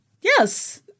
Yes